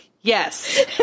Yes